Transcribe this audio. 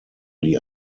die